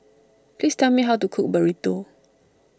please tell me how to cook Burrito